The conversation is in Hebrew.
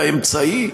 היא האמצעי,